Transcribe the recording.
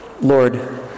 Lord